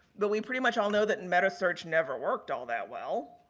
but we pretty much, all know that and metasearch never worked all that well.